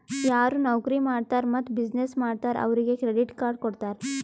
ಯಾರು ನೌಕರಿ ಮಾಡ್ತಾರ್ ಮತ್ತ ಬಿಸಿನ್ನೆಸ್ ಮಾಡ್ತಾರ್ ಅವ್ರಿಗ ಕ್ರೆಡಿಟ್ ಕಾರ್ಡ್ ಕೊಡ್ತಾರ್